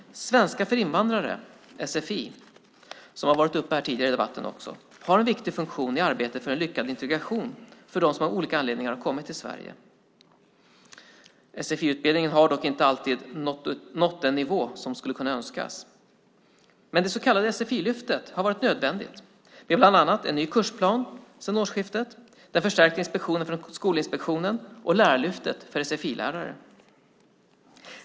Svenska för invandrare, sfi, som har varit uppe tidigare i debatten, har en viktig funktion i arbetet för en lyckad integration för dem som av olika anledningar har kommit till Sverige. Sfi-utbildningen har dock inte alltid nått den nivå som kan önskas. Det så kallade sfi-lyftet har varit nödvändigt med bland annat en ny kursplan sedan årsskiftet, den förstärkta inspektionen från Skolinspektionen och Lärarlyftet för sfi-lärare.